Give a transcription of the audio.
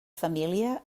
família